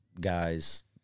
guys –